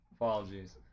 Apologies